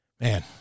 man